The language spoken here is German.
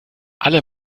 alle